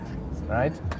right